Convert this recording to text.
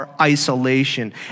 isolation